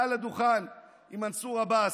מעל הדוכן עם מנסור עבאס,